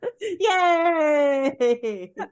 Yay